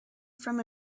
from